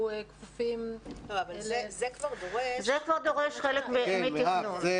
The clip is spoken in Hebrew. כפופים ל --- זה כבר דורש חלק מתכנון.